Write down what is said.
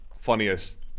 funniest